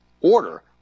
order